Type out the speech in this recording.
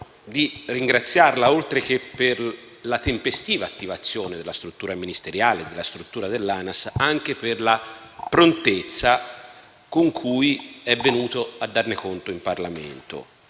di ringraziarla, oltre che per la tempestiva attivazione della struttura ministeriale e dell'ANAS, anche per la prontezza con cui è venuto a darne conto in Parlamento.